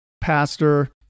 pastor